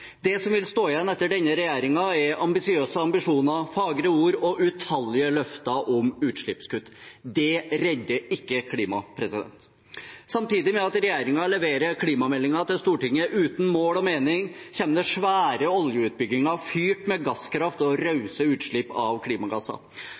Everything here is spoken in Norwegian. Det som vil stå igjen etter denne regjeringen, er ambisiøse ambisjoner, fagre ord og utallige løfter om utslippskutt. Det redder ikke klimaet. Samtidig med at regjeringen leverer klimameldingen til Stortinget uten mål og mening, kommer det svære oljeutbygginger fyrt med gasskraft og